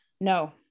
no